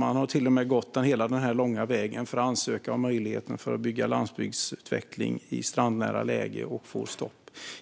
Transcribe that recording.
De har till och med gått hela den långa vägen för att ansöka om möjligheten att bygga när det gäller landsbygdsutveckling i strandnära läge, och sedan har de fått